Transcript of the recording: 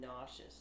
nauseous